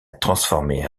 transformé